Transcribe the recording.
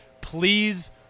please